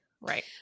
right